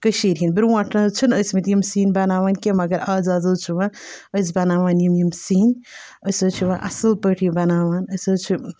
کٔشیٖرِ ہِنٛدۍ برونٛٹھ نہٕ حظ چھِنہٕ ٲسۍ مٕتۍ یِم سِنۍ بَناوان کینٛہہ مگر آز آز حظ چھِ وۄنۍ أسۍ بَناوان یِم یِم سِنۍ أسۍ حظ چھِ وۄنۍ اَصٕل پٲٹھۍ یہِ بَناوان أسۍ حظ چھِ